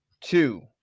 Two